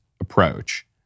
approach